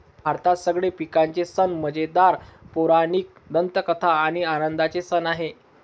भारतात सगळे पिकांचे सण मजेदार, पौराणिक दंतकथा आणि आनंदाचे सण आहे